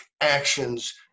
actions